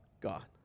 God